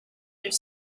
their